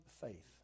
faith